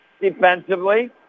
defensively